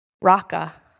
Raka